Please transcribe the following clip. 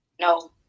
no